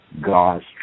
God's